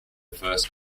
first